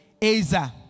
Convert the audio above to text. Aza